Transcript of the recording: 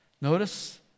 Notice